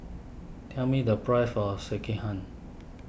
tell me the price of Sekihan